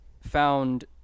found